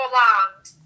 land